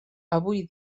avui